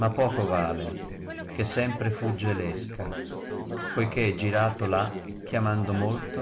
ma poco vale che empre fugge l esca poiché girato v ha chiamando molto